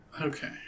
Okay